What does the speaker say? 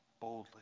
boldly